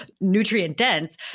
nutrient-dense